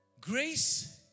Grace